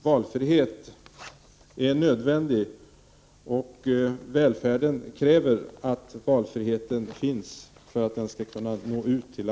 Valfriheten är nödvändig. För att välfärden skall kunna nå ut till alla krävs att det finns valfrihet.